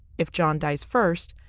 if john dies first,